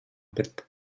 bet